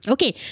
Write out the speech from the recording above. Okay